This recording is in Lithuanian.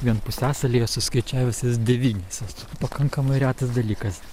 vien pusiasalyje suskaičiavęs jas devynias esu pakankamai retas dalykas